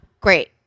Great